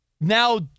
now